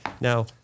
Now